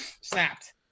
snapped